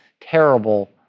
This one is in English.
terrible